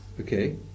Okay